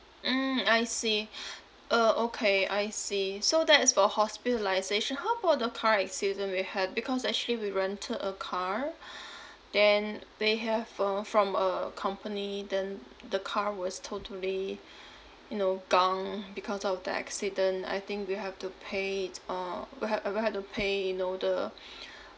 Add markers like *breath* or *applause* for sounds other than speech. mm I see *breath* uh okay I see so that's for hospitalisation how about the car accident we had because actually we rented a car *breath* then they have uh from a company then the car was totally you know gung because of the accident I think we have to pay it uh we had uh we had to pay you know the *breath*